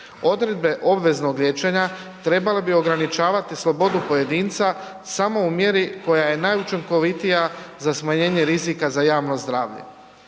Odredbe obveznog liječenja trebale bi ograničavati slobodu pojedinca samo u mjeri koja je najučinkovitija za smanjenje rizika za javno zdravlje.